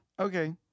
Okay